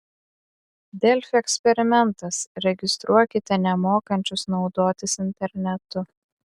delfi eksperimentas registruokite nemokančius naudotis internetu